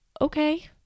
Okay